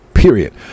Period